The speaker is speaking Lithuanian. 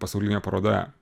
pasaulinėje parodoje